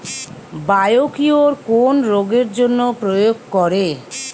Biocure কোন রোগেরজন্য প্রয়োগ করে?